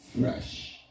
fresh